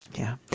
yeah.